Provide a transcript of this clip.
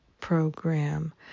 program